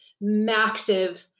massive